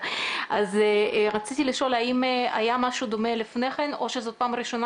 האם היה משהו דומה לפני כן או שזאת פעם ראשונה